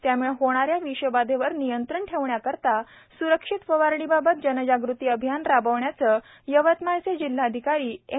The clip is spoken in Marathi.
त्याम्ळे होणाऱ्या विषबाधेवर नियंत्रण ठेवण्याकरीता सुरक्षित फवारणीबाबत जनजागृती अभियान राबवीण्याचे जिल्हाधिकारी एम